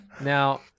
Now